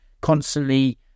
constantly